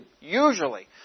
usually